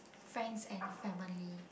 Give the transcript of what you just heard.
friends and family